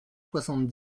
soixante